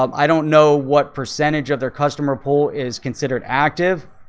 um i don't know what percentage of their customer poll is considered active,